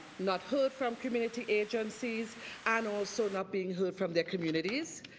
not heard from community agencies and also not being heard from their communities.